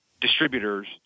distributors